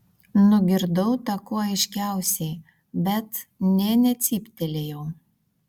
nugirdau tą kuo aiškiausiai bet nė necyptelėjau